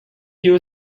peel